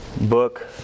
book